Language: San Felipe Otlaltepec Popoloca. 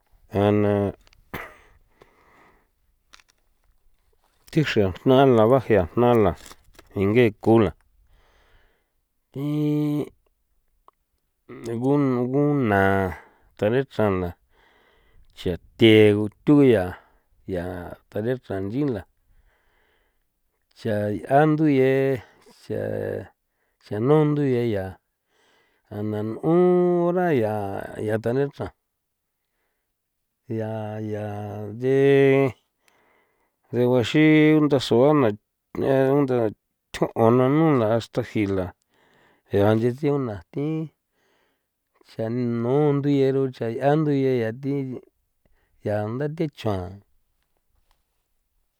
A na thi xre'a jna la baje'a jna la inge'e ku la thi nguna nguna tharen chan na chia thie guthu ya ya para tare chrjangi la cha 'ia ndu ye cha cha nundu ye ya a na n'on hora ya ya thare chan ya ya nthe degua xi nda sugua na thjon 'on na nu la hasta jii la ya nchetsiu na thi chan nu nthu yero cha 'ia ndu ye ya thi ya nda te chan.